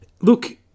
look